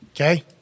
Okay